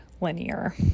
linear